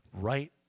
Right